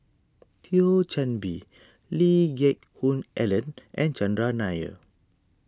Thio Chan Bee Lee Geck Hoon Ellen and Chandran Nair